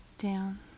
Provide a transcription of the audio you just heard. down